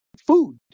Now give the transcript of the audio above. food